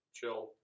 Chill